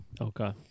Okay